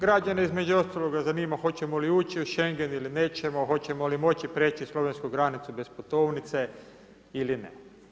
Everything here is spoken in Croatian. Građane između ostaloga zanima hoćemo li ući u Schengen ili nećemo, hoćemo li moći prijeći slovensku granicu bez putovnice ili ne.